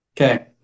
Okay